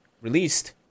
released